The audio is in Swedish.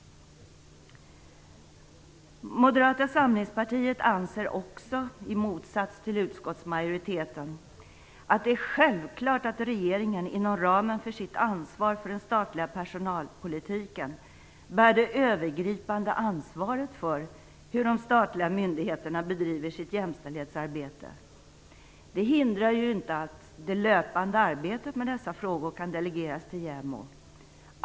Moderata samlingspartiet anser också, i motsats till utskottsmajoriteten, att det är självklart att regeringen inom ramen för sitt ansvar för den statliga personalpolitiken bär det övergripande ansvaret för hur de statliga myndigheterna bedriver sitt jämställdhetsarbete. Det hindrar inte att det löpande arbetet med dessa frågor kan delegeras till JämO.